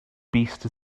beast